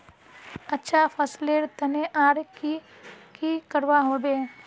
अच्छा फसलेर तने आर की की करवा होबे?